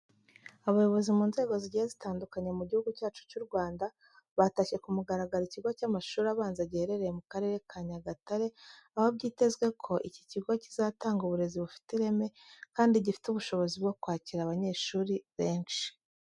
Abayobozi mu nzego zigiye zitandukanye mu gihugu cyacu cy'u Rwanda batashye ku mugaragaro ikigo cy'amashuri abanza giherereye mu Karere ka Nyagatare, aho byitezwe ko iki kigo kizatanga uburezi bufite ireme kandi gifite ubushobozi bwo kwakira abanyeshuri benshi.